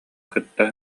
кытта